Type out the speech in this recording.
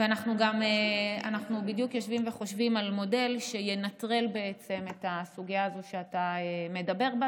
אנחנו בדיוק יושבים וחושבים על מודל שינטרל את הסוגיה שאתה מדבר עליה.